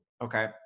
Okay